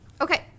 Okay